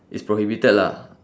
it's prohibited lah